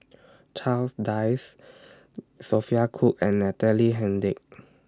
Charles Dyce Sophia Cooke and Natalie Hennedige